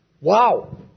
Wow